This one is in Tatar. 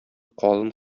калын